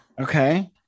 Okay